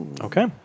Okay